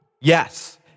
Yes